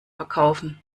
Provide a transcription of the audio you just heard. verkaufen